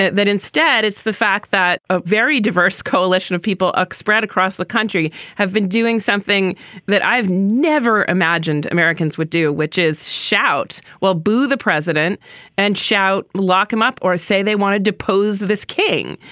that that instead it's the fact that a very diverse coalition of people ah spread across the country have been doing something that i've never imagined americans would do, which is shout, well, boo the president and shout, lock him up or say they want to depose this king.